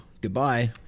Goodbye